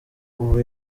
ubu